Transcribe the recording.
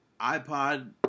iPod